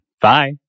Bye